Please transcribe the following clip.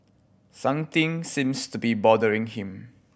something seems to be bothering him